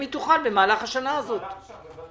אנחנו רטצים שזה יחול גם על העובדים שלנו תהיה לכם התנגדות?